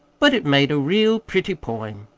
but it made a real pretty poem.